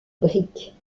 briques